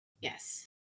Yes